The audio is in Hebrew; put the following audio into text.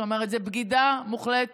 זאת אומרת, זאת בגידה מוחלטת